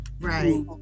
right